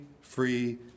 free